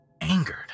Angered